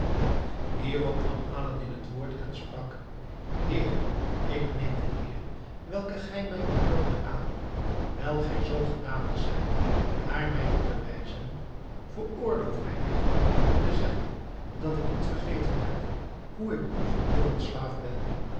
hierop nam aladdin het woord en sprak heer ik neem de eer welke gij mij betoont aan wijl gij zoo genadig zijt haar mij te bewijzen veroorloof mij echter u te zeggen dat ik niet vergeten heb hoe ik uw geboren slaaf ben